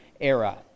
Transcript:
era